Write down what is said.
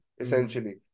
essentially